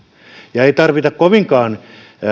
ei tarvita kovinkaan